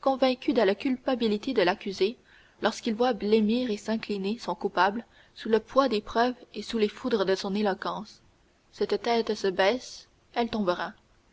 convaincu de la culpabilité de l'accusé lorsqu'il voit blêmir et s'incliner son coupable sous le poids des preuves et sous les foudres de son éloquence cette tête se baisse elle tombera